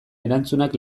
erantzunak